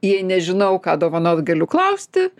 jei nežinau ką dovanot galiu klausti